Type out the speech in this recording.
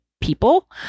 people